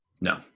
No